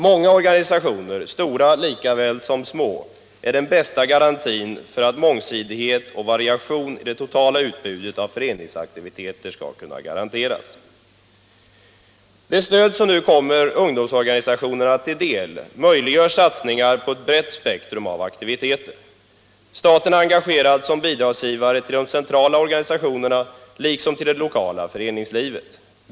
Många organisationer, stora lika väl som små, är den bästa garantin för mångsidighet och variation i det totala utbudet av föreningsaktiviteter. Det stöd som nu kommer ungdomsorganisationerna till del möjliggör satsningar på ett brett spektrum av aktiviteter. Staten är engagerad som bidragsgivare till de centrala organisationerna liksom till det lokala föreningslivet.